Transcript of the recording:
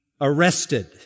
arrested